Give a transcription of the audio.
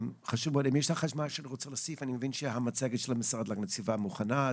אני מבין שהמצגת של המשרד להגנת הסביבה מוכנה.